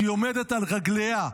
שהיא עומדת על רגליה,